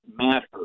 matter